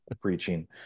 preaching